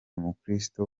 mukristo